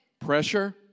Pressure